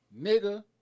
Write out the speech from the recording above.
Nigga